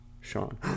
Sean